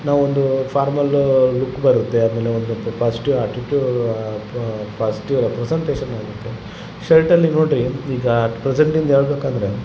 ನಾವು ಒಂದು formal look ಬರುತ್ತೆ ಆಮೇಲೆ ಒಂದು ಪಾಸ್ಟೀವ್ ಅಟಿಟ್ಯೂಡ್ ಪಾಸ್ಟೀವ್ ರೆಪ್ರಸಂಟೇಶನ್ ಇರುತ್ತೆ ಶರ್ಟಲ್ಲಿ ನೋಡ್ರಿ ಈಗ ಪ್ರೆಸೆಂಟಿಂದು ಹೇಳಬೇಕಂದ್ರೆ